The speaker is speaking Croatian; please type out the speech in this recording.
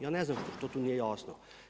Ja ne znam što tu nije jasno.